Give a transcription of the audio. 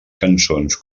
cançons